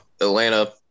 Atlanta